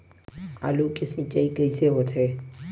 आलू के सिंचाई कइसे होथे?